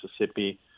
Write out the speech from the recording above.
Mississippi